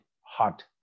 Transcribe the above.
hot